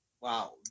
Wow